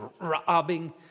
robbing